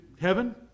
heaven